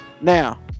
Now